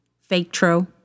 fake-tro